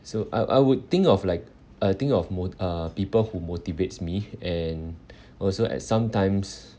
so I I would think of like uh think of mot~ uh people who motivates me and also at sometimes